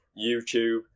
YouTube